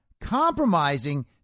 compromising